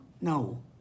no